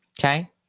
Okay